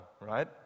right